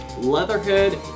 Leatherhead